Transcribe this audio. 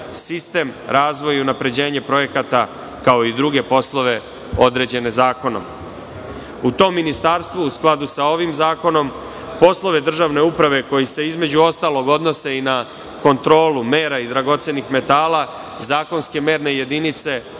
sistem razvoju unapređenja projekata, kao i druge poslove određene zakonom.U tom ministarstvu u skladu sa ovim zakonom, poslove državne uprave, koji se između ostalog odnose i na kontrolu mera i dragocenih metala, zakonske merne jedinice,